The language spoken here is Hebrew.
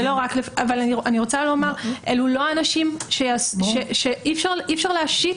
אני רק רוצה לומר אי אפשר להשית